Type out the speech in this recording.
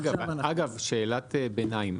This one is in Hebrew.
אגב שאלת ביניים,